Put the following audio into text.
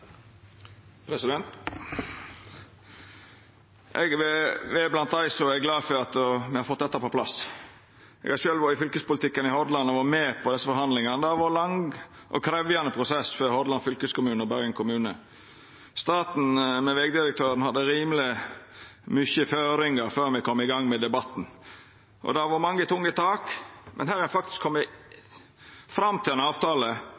blant dei som er glad for at me har fått dette på plass. Eg har sjølv vore i fylkespolitikken i Hordaland og har vore med på desse forhandlingane, og det har vore ein lang og krevjande prosess for Hordaland fylkeskommune og Bergen kommune. Staten ved vegdirektøren hadde lagt rimeleg mykje føringar før me kom i gang med debatten. Det har vore mange tunge tak, men her har ein faktisk kome fram til ein avtale,